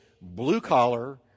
blue-collar